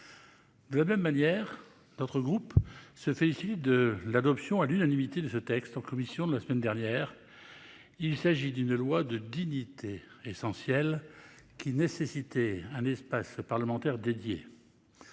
De la même manière, notre groupe se félicite de l'adoption à l'unanimité de ce texte en commission, la semaine dernière. Il s'agit d'une loi de dignité, essentielle, qui nécessitait un espace parlementaire dédié.